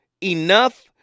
enough